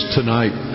tonight